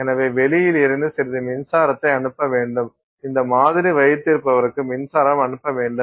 எனவே வெளியில் இருந்து சிறிது மின்சாரத்தை அனுப்ப வேண்டும் இந்த மாதிரி வைத்திருப்பவருக்கு மின்சாரம் அனுப்ப வேண்டும்